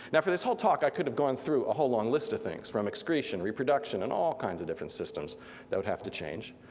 yeah this whole talk i could have gone through a whole long list of things from excretion, reproduction, and all kinds of different systems that would have to change.